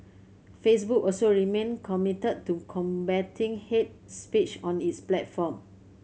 Facebook also remain committed to combating hate speech on its platform